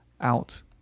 out